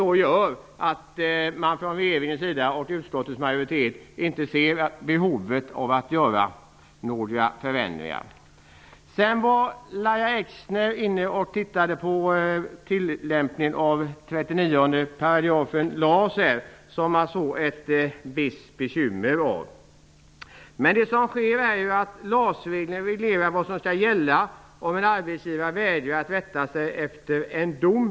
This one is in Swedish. Det gör att man från regeringens sida och från utskottets majoritets sida inte ser behov av några förändringar. Lahja Exner talade om tillämpningen av 39 § LAS, vilket hon såg ett visst bekymmer i. Med LAS regeln reglerar det vad som skall gälla om en arbetsgivare vägrar att rätta sig efter en dom.